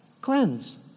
Cleanse